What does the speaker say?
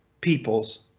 peoples